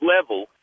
level